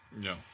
No